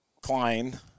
Klein